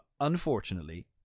unfortunately